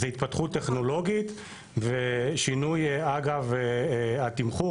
זו התפתחות טכנולוגית ושינוי אגב התמחור